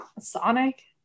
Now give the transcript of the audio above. sonic